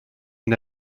une